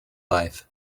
life